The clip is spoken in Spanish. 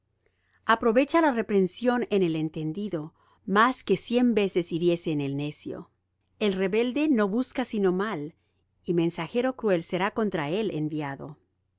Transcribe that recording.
aprovecha la reprensión en el entendido más que si cien veces hiriese en el necio el rebelde no busca sino mal y mensajero cruel será contra él enviado